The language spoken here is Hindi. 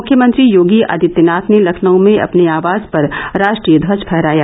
मुख्यमंत्री योगी आदित्यनाथ ने लखनऊ में अपने आवास पर राष्ट्रीय ध्वज फहराया